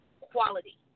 quality